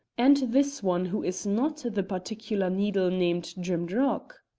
and this one, who is not the particular needle named drimdarroch?